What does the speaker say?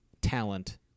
talent